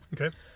Okay